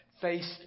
faced